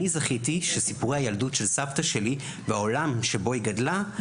אני זכיתי שסיפורי הילדות של סבתא שלי והעולם שבו היא גדלה,